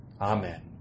Amen